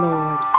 Lord